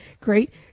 great